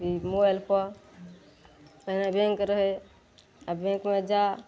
mobile म पर पहिने बैंक रहै आब बैंकमे जा